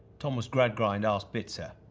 thomas gradgrind asked bitzer.